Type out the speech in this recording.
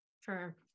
Sure